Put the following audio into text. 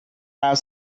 are